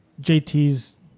JT's